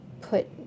put